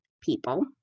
people